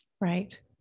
Right